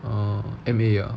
err emea